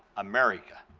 america